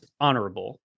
honorable